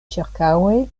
ĉirkaŭe